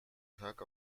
tag